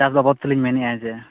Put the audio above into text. ᱪᱟᱥ ᱵᱟᱵᱚᱛ ᱛᱮᱞᱤᱧ ᱢᱮᱱᱮᱜᱼᱟ ᱡᱮ